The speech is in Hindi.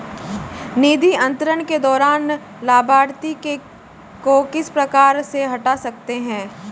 निधि अंतरण के दौरान लाभार्थी को किस प्रकार से हटा सकते हैं?